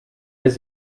des